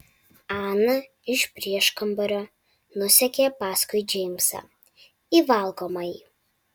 ana iš prieškambario nusekė paskui džeimsą į valgomąjį